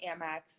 Amex